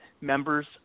members